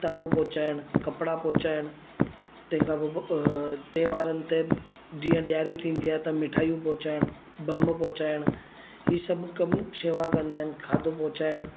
किताबूं पहुंचाइणु कपिड़ा पहुंचाइणु तंहिंखां पोइ त्योहारनि ते जीअं ॾीयारी थींदी आहे त मिठायूं पहुंचाइणु बम पहुंचाइणु हीअ सभु कमु शेवा कंदा आहिनि खाधो पहुचाइणु